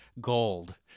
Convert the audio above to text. gold